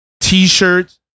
T-shirts